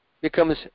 becomes